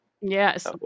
Yes